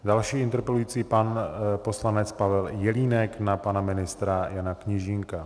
Další interpelující je pan poslanec Pavel Jelínek na pana ministra Jana Kněžínka.